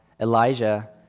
Elijah